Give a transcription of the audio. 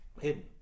hidden